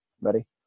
ready